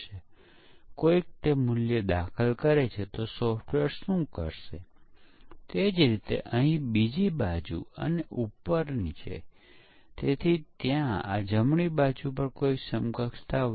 જ્યારે સ્પષ્ટીકરણ ડિઝાઇન વગેરે માટે એક સાથે કામ કરી શકે તેવા લોકોની સંખ્યા પ્રતિબંધિત છે કેમ કે ત્યાં ઘણી ક્રમિક પ્રવૃત્તિઓ છે